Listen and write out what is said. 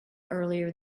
earlier